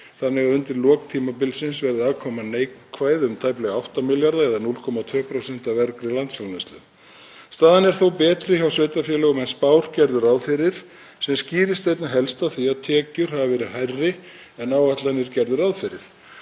þannig að undir lok tímabilsins verði afkoman neikvæð um tæplega 8 milljarða eða 0,2% af vergri landsframleiðslu. Staðan er þó betri hjá sveitarfélögum en spár gerðu ráð fyrir sem skýrist einna helst af því að tekjur hafa verið hærri en áætlanir gerðu ráð fyrir.